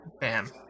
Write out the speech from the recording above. Bam